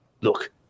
Look